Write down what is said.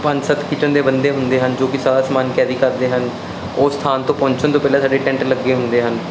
ਪੰਜ ਸੱਤ ਕਿਚਨ ਦੇ ਬੰਦੇ ਹੁੰਦੇ ਹਨ ਜੋ ਕਿ ਸਾਰਾ ਸਮਾਨ ਕੈਰੀ ਕਰਦੇ ਹਨ ਉਸ ਸਥਾਨ ਤੋਂ ਪਹੁੰਚਣ ਤੋਂ ਪਹਿਲਾਂ ਸਾਡੇ ਟੈਂਟ ਲੱਗੇ ਹੁੰਦੇ ਹਨ